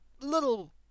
little